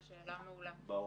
ברור.